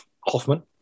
Hoffman